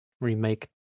remake